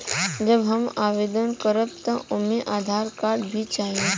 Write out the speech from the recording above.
जब हम आवेदन करब त ओमे आधार कार्ड भी चाही?